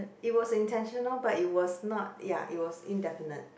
it was intentional but it was not ya it was indefinite